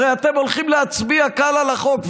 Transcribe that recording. הרי אתם הולכים להצביע כאן על החוק,